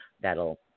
That'll